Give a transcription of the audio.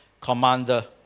commander